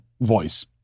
voice